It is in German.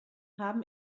haben